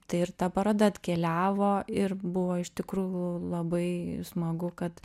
tai ir ta paroda atkeliavo ir buvo iš tikrųjų labai smagu kad